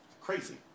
crazy